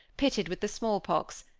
pitted with the small-pox,